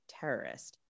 terrorist